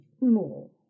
more